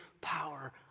power